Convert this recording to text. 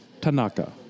Tanaka